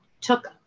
took